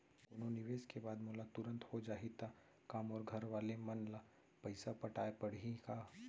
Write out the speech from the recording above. कोनो निवेश के बाद मोला तुरंत हो जाही ता का मोर घरवाले मन ला पइसा पटाय पड़ही का?